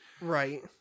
Right